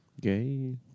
gay